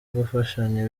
gufashanya